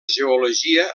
geologia